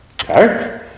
Okay